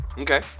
Okay